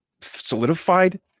solidified